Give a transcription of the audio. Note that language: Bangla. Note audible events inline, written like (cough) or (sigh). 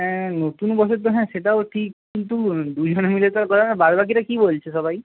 হ্যাঁ নতুন বছর তো হ্যাঁ সেটাও ঠিক কিন্তু দুইজনে মিলে তো করা (unintelligible) বাদবাকিরা কী বলছে সবাই